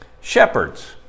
Shepherds